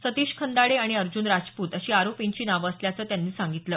सतीश खंदाडे आणि अर्ज्न राजपूत अशी आरोपींची नावं असल्याचं त्यांनी सांगितलं